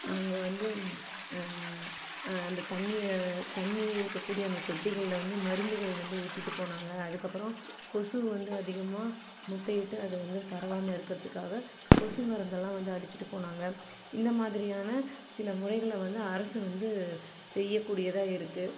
அங்கே வந்து அந்த தண்ணியை தண்ணி இருக்கக்கூடிய அந்த தொட்டிகளில் வந்து மருந்துகள் வந்து ஊற்றிட்டு போனாங்க அதுக்கப்புறம் கொசு வந்து அதிகமாக முட்டையிட்டு அது வந்து பரவாமல் இருக்கிறத்துக்காக கொசு மருந்தெல்லாம் வந்து அடிச்சுட்டு போனாங்க இந்த மாதிரியான சில முறைகளை வந்து அரசு வந்து செய்யக்கூடியதாக இருக்குது